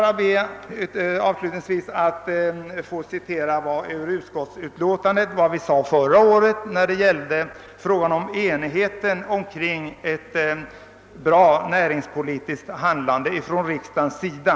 Avslutningsvis skall jag bara från utskottsutlåtandet citera vad som sades förra året beträffande frågan om enigheten kring ett näringspolitiskt handlande från riksdagens sida.